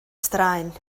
straen